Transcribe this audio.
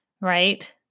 Right